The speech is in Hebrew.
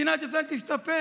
מדינת ישראל תשתפר.